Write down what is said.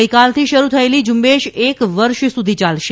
ગઇકાલથી શરૂ થયેલી ઝ઼ંબેશ એક વર્ષ સુધી ચાલશે